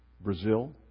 Brazil